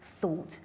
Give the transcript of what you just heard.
thought